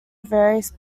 various